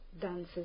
dances